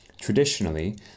Traditionally